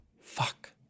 fuck